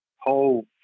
whole